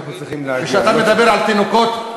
כשאתה מדבר על תינוקות,